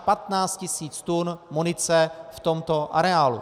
15 tisíc tun munice v tomto areálu.